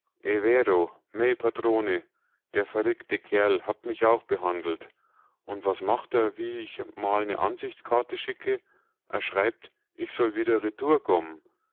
der verrickte gerl hat mich auch behandelt und was macht a wie ich n mal ne ansichtsgarte schicke a schreibt ich soll wieder